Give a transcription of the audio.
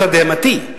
לתדהמתי,